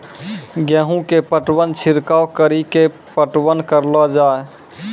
गेहूँ के पटवन छिड़काव कड़ी के पटवन करलो जाय?